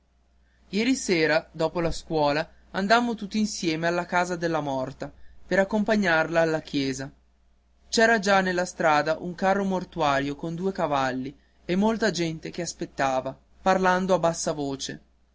ieri sera dopo la scuola andammo tutti insieme alla casa della morta per accompagnarla alla chiesa c'era già nella strada un carro mortuario con due cavalli e molta gente che aspettava parlando a bassa voce